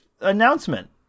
announcement